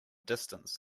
distance